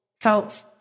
felt